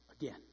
again